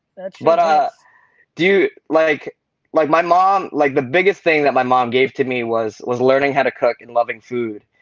but dude, like like my mom, like the biggest thing that my mom gave to me was was learning how to cook and loving food.